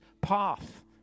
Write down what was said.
path